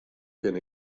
kin